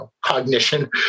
cognition